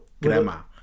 crema